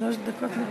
שלוש דקות.